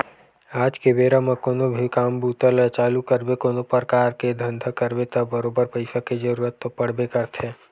आज के बेरा म कोनो भी काम बूता ल चालू करबे कोनो परकार के धंधा करबे त बरोबर पइसा के जरुरत तो पड़बे करथे